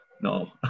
no